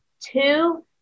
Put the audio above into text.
Two